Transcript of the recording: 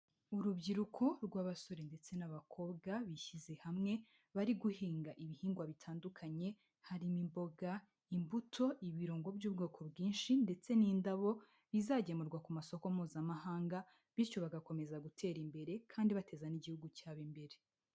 Urubyiruko rw'abasore ndetse n'abakobwa bishyize hamwe, bari guhinga ibihingwa bitandukanye harimo imboga, imbuto, ibirungo by'ubwoko bwinshi, ndetse n'indabo, bizagemurwa ku masoko mpuzamahanga bityo bagakomeza gutera imbere kandi bateza n'igihugu cyabo imbere.